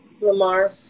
Lamar